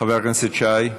חבר הכנסת שי,